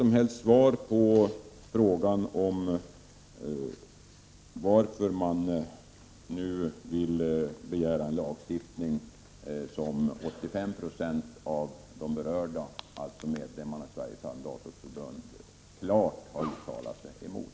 Jag fick inget svar på frågan, varför man nu vill begära en lagstiftning som 85 Jo av de berörda, alltså medlemmarna i Sveriges arrendatorers förbund, klart har uttalat sig emot.